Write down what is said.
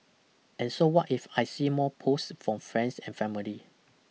and so what if I see more posts from friends and family